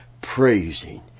praising